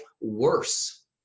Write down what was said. worse